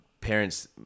parents